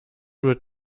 wird